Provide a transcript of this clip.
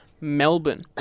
Melbourne